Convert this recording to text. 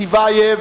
רוברט טיבייב,